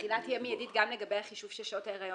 התחילה תהיה מיידית גם לגבי החישוב של שעות ההיריון?